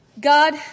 God